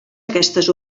aquestes